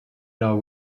know